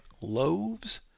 loaves